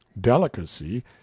Delicacy